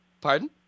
Pardon